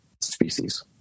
species